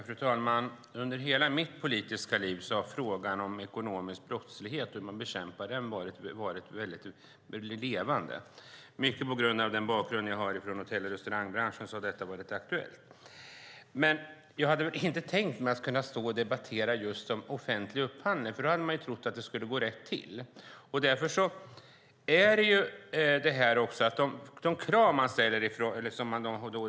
Fru talman! Under hela mitt politiska liv har frågan om ekonomisk brottslighet, hur man bekämpar den, varit väldigt levande. Mycket på grund av den bakgrund jag har i hotell och restaurangbranschen har detta varit aktuellt. Men jag hade väl inte tänkt att jag skulle stå och debattera offentlig upphandling, för där tror man ju att det går rätt till.